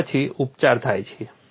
અને પછી ઉપચાર થાય છે